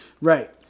Right